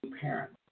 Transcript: parents